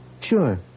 Sure